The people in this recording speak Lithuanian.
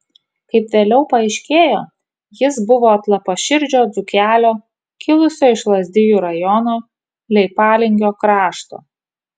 kaip vėliau paaiškėjo jis buvo atlapaširdžio dzūkelio kilusio iš lazdijų rajono leipalingio krašto